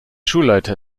schulleiter